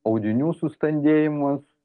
audinių sustandėjimas